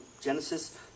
Genesis